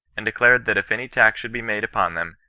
and declared that if any attack should be made upon them,